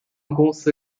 公司